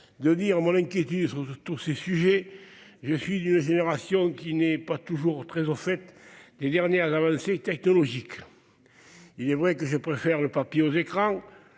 de dire mon inquiétude sur tous ces sujets. Certes, je suis d'une génération qui n'est pas toujours très au fait des dernières avancées technologiques : il est vrai que je préfère le papier aux écrans,